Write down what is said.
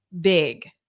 big